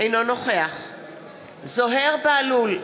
אינו נוכח זוהיר בהלול,